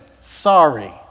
Sorry